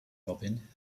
robin